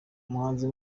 umuhanzi